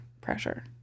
pressure